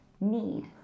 need